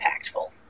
impactful